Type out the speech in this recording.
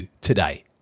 today